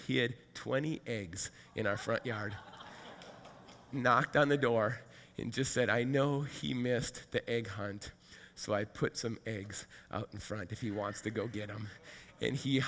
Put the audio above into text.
he had twenty aides in our front yard knocked on the door he just said i know he missed the egg hunt so i put some eggs in front if he wants to go get him and he